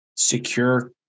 Secure